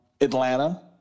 Atlanta